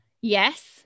Yes